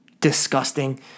disgusting